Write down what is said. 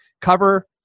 cover